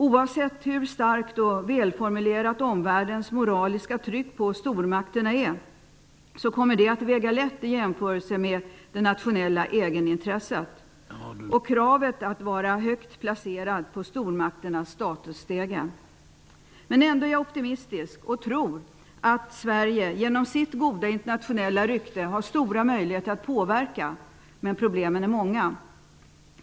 Oavsett hur starkt och välformulerat omvärldens moraliska tryck på stormakterna är, kommer det att väga lätt i jämförelse med det nationella egenintresset och kravet att vara högt placerad på stormakternas statusstege. Ändå är jag optimistisk och tror att Sverige genom sitt goda internationella rykte har stora möjligheter att påverka. Men problemen är många.